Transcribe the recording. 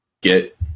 get